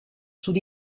sud